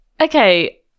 okay